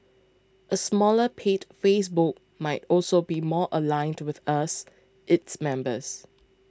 a smaller paid Facebook might also be more aligned with us its members